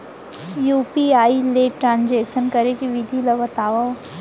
UPI ले transaction करे के विधि ला बतावव?